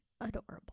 adorable